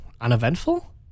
uneventful